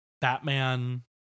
batman